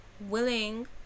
Willing